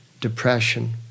depression